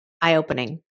eye-opening